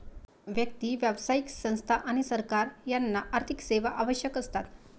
व्यक्ती, व्यावसायिक संस्था आणि सरकार यांना आर्थिक सेवा आवश्यक असतात